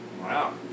Wow